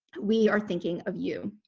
we are thinking of you.